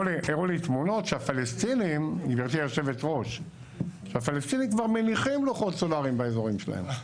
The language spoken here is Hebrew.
הראו לי תמונות שהפלסטינים כבר מניחים לוחות סולאריים באזורים שלהם.